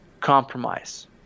compromise